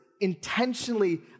intentionally